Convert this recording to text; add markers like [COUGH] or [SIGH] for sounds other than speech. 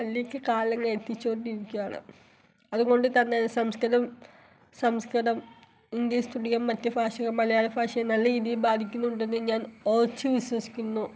[UNINTELLIGIBLE] കാലം എത്തിച്ച് കൊണ്ടിരിക്കുകയാണ് അതുകൊണ്ട് തന്നെ സംസ്കൃതം സംസ്കൃതം ഇന്ത്യയിൽ സ്ഥിരം മറ്റ് ഭാഷകൾ മലയാള ഭാഷയെ നല്ല രീതിയിൽ ബാധിക്കുന്നുണ്ടെന്ന് ഞാൻ ഉറച്ച് വിശ്വസിക്കുന്നു